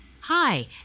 Hi